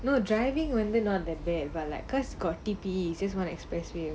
you know driving when did not that bad but like because got T_P just want to expressway